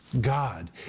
God